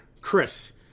Chris